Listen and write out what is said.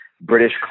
British